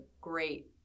great